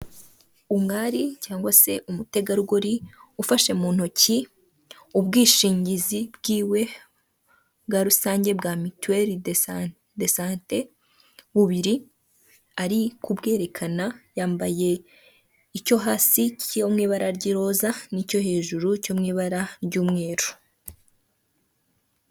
uUmwari cyangwa se umutegarugori ufashe mu ntoki ubwishingizi bwiwe bwa rusange bwa mutuweri de sante bubiri ari kubwerekana yambaye icyo hasi cyo mu ibara ry'iroza n'icyo hejuru cyo mu ibara ry'umweru.